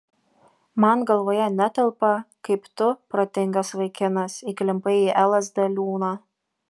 man galvoje netelpa kaip tu protingas vaikinas įklimpai į lsd liūną